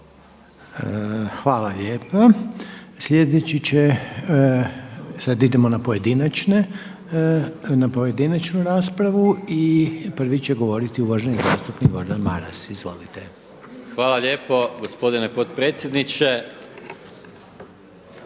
Hvala lijepa. Sljedeći će, sada idemo na pojedinačnu raspravu i prvi će govoriti uvaženi zastupnik Gordan Maras. Izvolite. **Maras, Gordan (SDP)** Hvala lijepo gospodine potpredsjedniče.